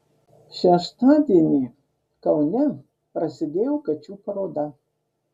šeštadienį kaune prasidėjo kačių paroda